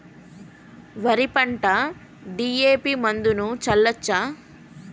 వరి పంట డి.ఎ.పి మందును చల్లచ్చా?